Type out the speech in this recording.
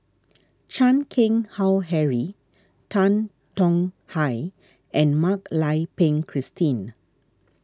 Chan Keng Howe Harry Tan Tong Hye and Mak Lai Peng Christine